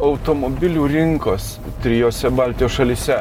automobilių rinkos trijose baltijos šalyse